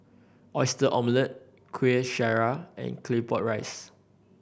Oyster Omelette Kueh Syara and Claypot Rice